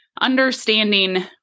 understanding